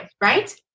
right